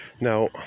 Now